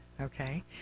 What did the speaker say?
Okay